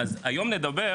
אז היום נדבר